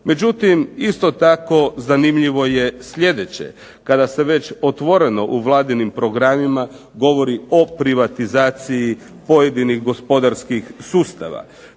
Međutim, isto tako zanimljivo je sljedeće. Kada se već otvoreno u vladinim programima govori o privatizaciji pojedinih gospodarskih sustava.